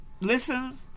Listen